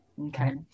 Okay